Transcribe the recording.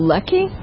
Lucky